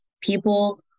people